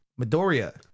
midoriya